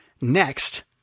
next